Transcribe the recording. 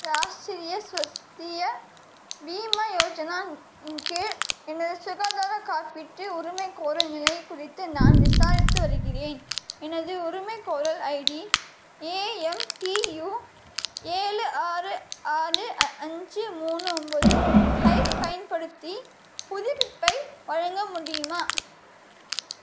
ராஷ்டிரிய சொஸ்திய பீம யோஜனா இன் கீழ் எனது சுகாதாரக் காப்பீட்டு உரிமைக்கோரல் நிலை குறித்து நான் விசாரித்து வருகிறேன் எனது உரிமைக்கோரல் ஐடி ஏஎம்டியூ ஏழு ஆறு ஆறு அஞ்சு மூணு ஒம்பது ஐப் பயன்படுத்தி புதுப்பிப்பை வழங்க முடியுமா